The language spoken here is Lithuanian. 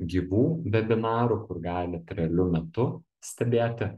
gyvų vebinarų kur galit realiu metu stebėti